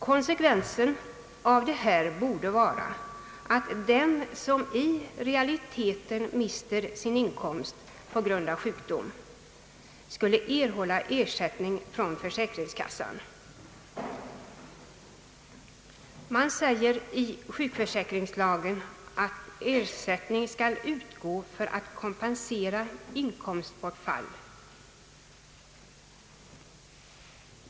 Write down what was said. Konsekvensen av detta borde vara att den som i realiteten mister sin inkomst på grund av sjukdom skulle erhålla ersättning från försäkringskassan. I sjukförsäkringslagen sägs nämligen att ersättning skall utgå för att kompensera inkomstbortfall.